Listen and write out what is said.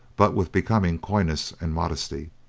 but with becoming coyness and modesty.